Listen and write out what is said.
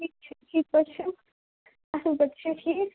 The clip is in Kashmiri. ٹھیٖک چھُ ٹھیٖک پٲٹھۍ چھُ اَصٕل پٲٹھۍ چھِ ٹھیٖک